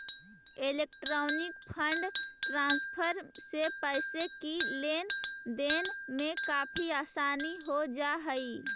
electronic fund transfer से पैसे की लेन देन में काफी आसानी हो जा हई